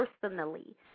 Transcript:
personally